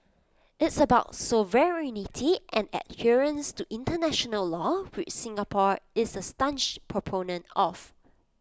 it's about sovereignty and adherence to International law which Singapore is A staunch proponent of